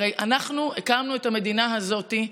הרי אנחנו הקמנו את המדינה הזאת.